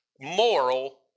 moral